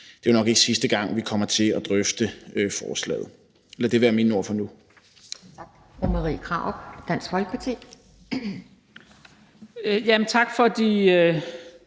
det er jo nok ikke sidste gang, at vi kommer til at drøfte forslaget. Lad det være mine ord for nu.